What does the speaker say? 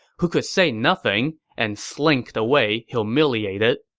who could say nothing and slinked away humiliated.